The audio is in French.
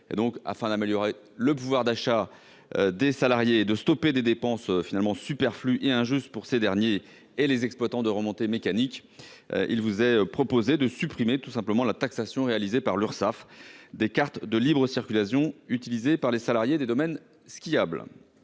afin d'améliorer le pouvoir d'achat des salariés et stopper des dépenses superflues et injustes pour ces derniers comme pour les exploitants de remontées mécaniques, cet amendement tend à supprimer la taxation réalisée par l'Urssaf des cartes de libre circulation utilisées par les salariés des domaines skiables.